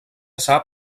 sap